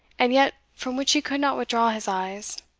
and yet from which he could not withdraw his eyes.